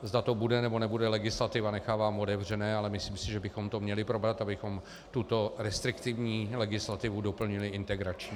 Zda to bude, nebo nebude legislativa, nechávám otevřené, ale myslím si, že bychom to měli probrat, abychom tuto restriktivní legislativu doplnili integračně.